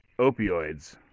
opioids